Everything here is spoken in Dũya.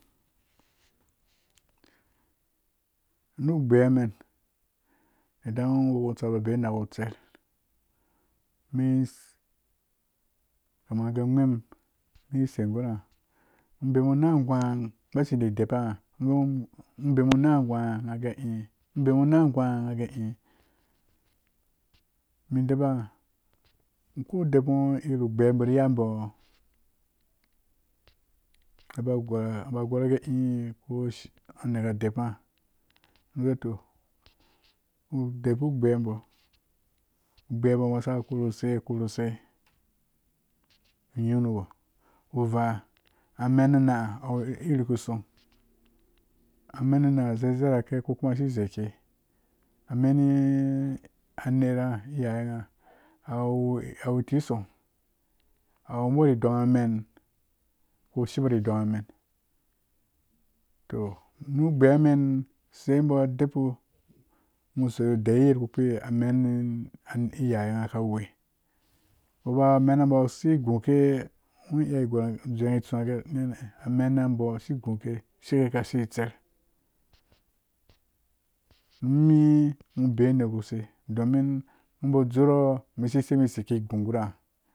A ari biya awu bika wuri dor amma uner wi ce utsena ba ngho waya ngosi bemu ngho tsena fudze fudze ru bora yan mum to ngha ka kũ dor ngha ka fudzeka ka kũ dor ngha ka ziya to ngha daiyamen menwu bika yei adokamen kuma yei atsen korhi ki zei gu atsena domin titi yei idor ngla nu gbaiya men idaebu n wokutsa ba baiyi nakutse mis kama gee vgwee mum mi sai gura ngha, ngho bemu na gwa gbashi dideba ngha bemu na nghese bemu na gwa nghage i mi deba ngha ku debu ngho ira agbaiyabo ri yabo? Ngha ba go nghaba gora gee i ko ngha naka debungha mi gee to u deba gbaiyabo gbaiyabo ka saka korhuse korhuse nyung nuwɔɔ uvaa amenu nasha awu iri kusongh amenu na zeizerake ko kuma asi zeike ameni iyaye ngha awu tikison a wubu ri donghamen ko shibori donghamen, to mu gbaiyamen seibo debu ngho seisu deiwe yadda kpukpi amen iyaye ngha ka we boba mena bo si guke, ngho iya tsuwa gee a menebo siguke shike kasai tsere nimi ngho beiyi unerkuse domin ngho ba dzurɔɔ bi si seibi ki gu gura ngha